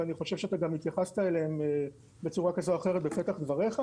ואני חושב שהתייחסת אליהן בצורה כזו או אחרת בפתח דבריך.